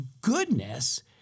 goodness